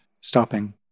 stopping